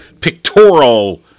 pictorial